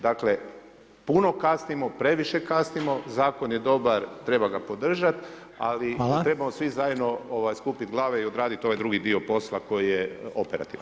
Dakle, puno kasnimo, previše kasnimo, zakon je dobar, treba ga podržat ali trebamo svi zajedno skupiti glave i odraditi ovaj drugi posla koji je operativan.